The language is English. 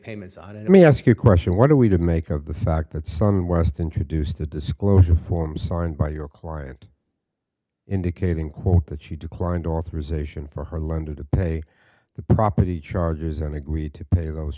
payments on it i mean ask your question what are we to make of the fact that son west introduced the disclosure form signed by your client indicating quote that she declined authorization for her lender to pay the property chargers and agreed to pay those